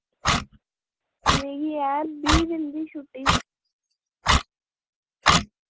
मिगी ऐ बीह् दिन दी छुट्टी